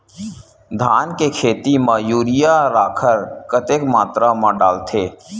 धान के खेती म यूरिया राखर कतेक मात्रा म डलथे?